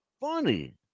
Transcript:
funny